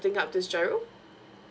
setting up this GIRO